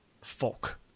Folk